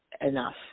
enough